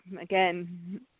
again